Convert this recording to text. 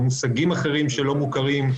במושגים אחרים שלא מוכרים.